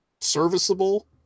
serviceable